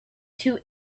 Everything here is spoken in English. two